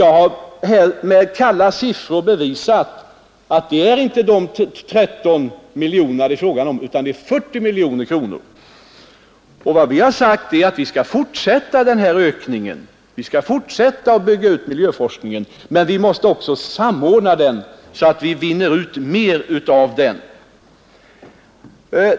Jag har med kalla siffror bevisat att det inte är de 13 miljonerna det är fråga om utan det är 40 miljoner kronor. Vi skall fortsätta denna ökning, vi skall fortsätta att bygga ut miljöforskningen, men vi måste samordna den, så att vi vinner ut mer av den.